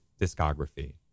discography